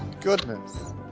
Goodness